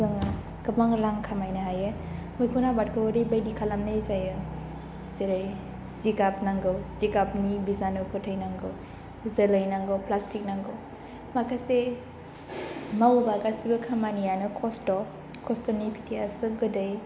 जों गोबां रां खामायनो हायो मैखुन आबादखौ ओरैबायदि खालामनाय जायो जेरै जिगाब नांगौ जिगाबनि बिजानु फोथैनांगौ जोलै नांगौ प्लास्टिक नांगौ माखासे मावोबा गासैबो खामानियानो खस्थ' खस्थ'नि फिथाइआसो गोदै